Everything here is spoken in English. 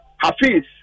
Hafiz